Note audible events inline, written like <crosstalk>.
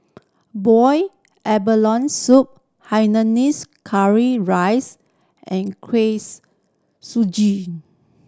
boy abalone soup Hainanese curry rice and kuih <unintelligible> suji